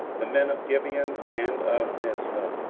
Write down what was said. the men of gibeon, and of mizpah,